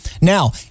Now